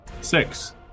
Six